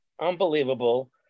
Unbelievable